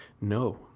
no